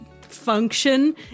function